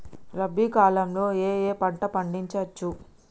రబీ కాలంలో ఏ ఏ పంట పండించచ్చు?